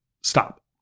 Stop